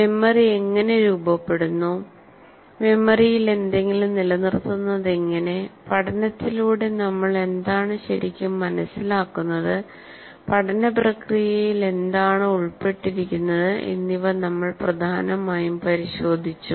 memory എങ്ങനെ രൂപപ്പെടുന്നു മെമ്മറിയിൽ എന്തെങ്കിലും നിലനിർത്തുന്നതെങ്ങനെ പഠനത്തിലൂടെ നമ്മൾ എന്താണ് ശരിക്കും മനസിലാക്കുന്നത് പഠന പ്രക്രിയയിൽ എന്താണ് ഉൾപ്പെട്ടിരിക്കുന്നത് എന്നിവ നമ്മൾ പ്രധാനമായും പരിശോധിച്ചു